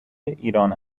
ایران